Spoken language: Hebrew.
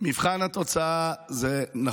מבחן התוצאה זה מה שקובע.